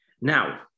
Now